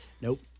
Nope